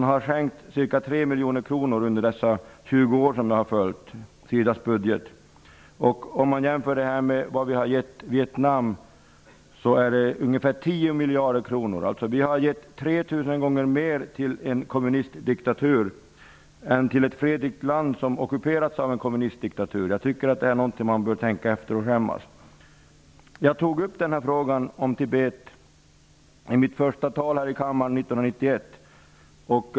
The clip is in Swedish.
Vi har under de 20 år som jag har följt SIDA:s budget skänkt ca 3 miljoner kronor. Detta kan jämföras med vad vi har gett Vietnam, ungefär 10 miljarder kronor. Vi har alltså gett 3 000 gånger mer till en kommunistdiktatur än till ett fredligt land som ockuperats av en kommunistdiktatur. Jag tycker att detta är något man bör tänka över och skämmas inför. Jag tog upp frågan om Tibet i mitt första tal här i kammaren 1991.